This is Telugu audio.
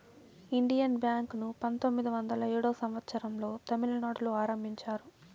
ఇండియన్ బ్యాంక్ ను పంతొమ్మిది వందల ఏడో సంవచ్చరం లో తమిళనాడులో ఆరంభించారు